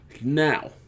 now